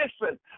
listen